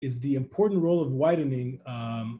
is the important role of widening